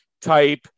type